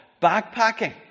backpacking